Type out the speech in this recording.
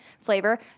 flavor